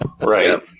Right